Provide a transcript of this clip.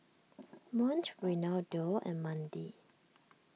Mont Reynaldo and Mandie